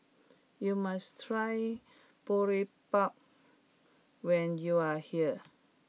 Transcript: you must try Boribap when you are here